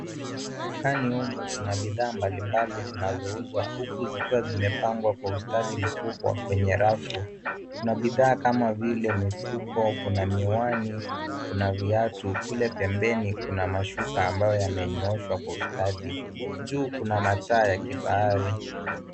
Dukani humu kuna bidhaa mbalimbali zinazouzwa huku zikiwa zimepangwa kwa ustadi mkubwa kwenye rafu. Kuna bidhaa kama vile mifuko, kuna miwani, kuna viatu, kule pembeni kuna mashuka ambayo yamenyooshwa kwa ustadi. Juu kuna mataa ya kifahari.